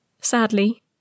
Sadly